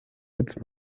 jetzt